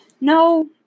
no